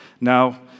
Now